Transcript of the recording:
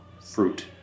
fruit